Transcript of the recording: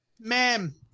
ma'am